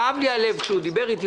כאב לי הלב כשהוא דיבר איתי.